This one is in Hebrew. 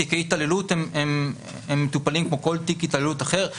תיקי התעללות מטופלים כמו כל תיק התעללות אחר.